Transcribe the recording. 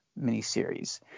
miniseries